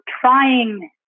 trying